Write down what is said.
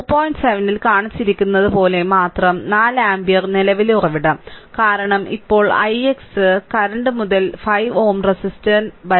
7 ൽ കാണിച്ചിരിക്കുന്നതുപോലെ മാത്രം 4 ആമ്പിയർ നിലവിലെ ഉറവിടം കാരണം ഇപ്പോൾ ix ' കറന്റ് മുതൽ 5 Ω റെസിസ്റ്റർ വരെ